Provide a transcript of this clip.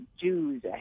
Jews